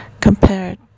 compared